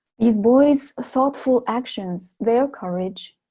these boys' thoughtful actions, their courage,